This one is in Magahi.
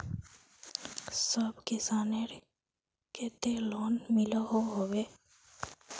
सब किसानेर केते लोन मिलोहो होबे?